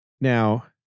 Now